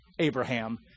Abraham